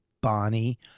Bonnie